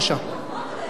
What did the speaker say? תודה רבה.